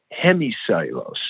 hemicellulose